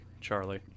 Charlie